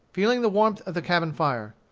feeling the warmth of the cabin fire.